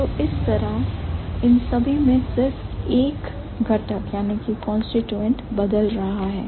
तो इस तरह इन सभी में सिर्फ एक घटक या कांस्टीट्यूएंट बदल रहा है